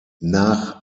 nach